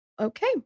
okay